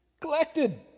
collected